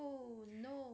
oh no